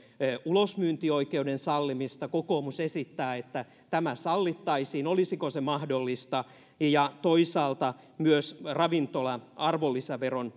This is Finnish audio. ulosmyyntioikeuden sallimista kokoomus esittää että tämä sallittaisiin olisiko se mahdollista ja toisaalta myös ravintola arvonlisäveron